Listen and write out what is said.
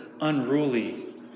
unruly